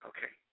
Okay